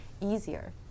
easier